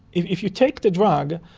if if you take the drug,